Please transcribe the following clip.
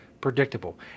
predictable